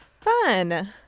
fun